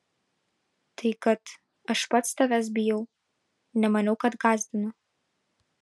tai kad aš pats tavęs bijau nemaniau kad gąsdinu